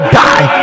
die